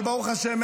אבל ברוך השם,